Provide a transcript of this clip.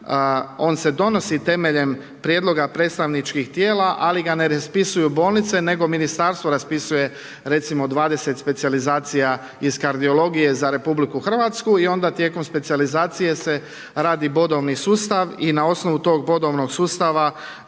on se donosi temeljem prijedloga predstavničkih tijela, ali ga ne raspisuju bolnice nego Ministarstvo raspisuje recimo 20 specijalizacija iz kardiologije za Republiku Hrvatsku i onda tijelom specijalizacije se radi bodovni sustav i na osnovu tog bodovnog sustava